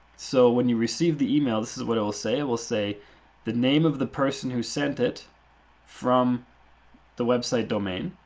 so when you receive the email, this is what it will say. it will say the name of the person who sent it from the website domain.